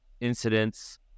incidents